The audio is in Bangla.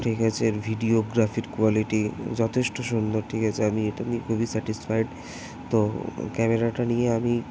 ঠিক আছে এর ভিডিওগ্রাফির কোয়ালিটি যথেষ্ট সুন্দর ঠিক আছে আমি এটা নিয়ে খুবই স্যাটিসফায়েড তো ক্যামেরাটা নিয়ে আমি